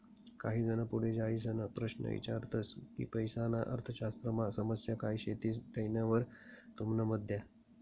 काही जन पुढे जाईसन प्रश्न ईचारतस की पैसाना अर्थशास्त्रमा समस्या काय शेतीस तेनावर तुमनं मत द्या